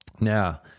Now